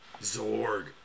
Zorg